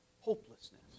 Hopelessness